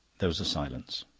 there was a silence.